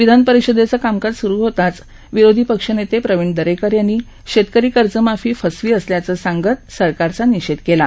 विधानपरिषदेचे कामकाज स्रु होताच विरोधी पक्षनेते प्रवीण दरेकर यांनी शेतकरी कर्जमाफी फसवी असल्याचं सांगत त्यांनी सरकारचा निषेध केला